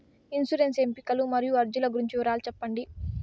insurance ఎంపికలు మరియు అర్జీల గురించి వివరాలు సెప్పండి